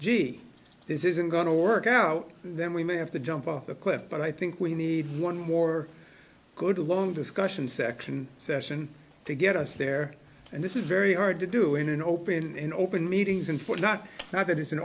gee this isn't going to work out then we may have to jump off a cliff but i think we need one more good long discussion section session to get us there and this is very hard to do in an open and open meetings and for not now that it's an